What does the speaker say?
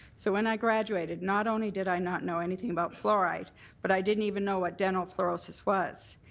so when i graduated not only did i not know anything about fluoride but i didn't even know what dental flurosis was.